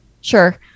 sure